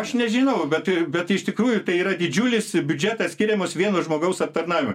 aš nežinau bet bet iš tikrųjų tai yra didžiulis biudžetas skiriamas vieno žmogaus aptarnavimui